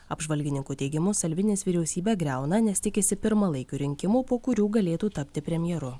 apžvalgininkų teigimu salvinis vyriausybę griauna nes tikisi pirmalaikių rinkimų po kurių galėtų tapti premjeru